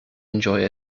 enjoy